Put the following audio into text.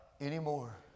anymore